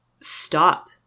stop